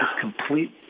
complete